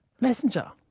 Messenger